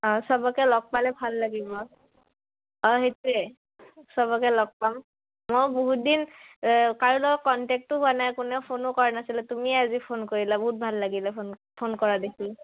অঁ চবকে লগ পালে ভাল লাগিব মই অঁ সেইটোৱে চবকে লগ পাম মই বহুত দিন কাৰো লগত কণ্টেক্টো হোৱা নাই কোনেও ফোনো কৰা নাছিলে তুমিয়ে আজি ফোন কৰিলো বহুত ভাল লাগিলে ফোন ফোন কৰা দেখি